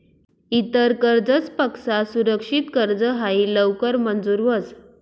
इतर कर्जसपक्सा सुरक्षित कर्ज हायी लवकर मंजूर व्हस